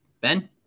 Ben